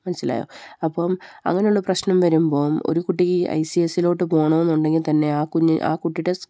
മനസ്സിലായോ അപ്പം അങ്ങനെയുള്ള പ്രശ്നം വരുമ്പോള് ഒരു കുട്ടിക്ക് ഐ സി എസ് ഇയിലേക്ക് പോകണമെന്നുണ്ടെങ്കില്ത്തന്നെ ആ കുഞ്ഞ് ആ കുട്ടിയുടെ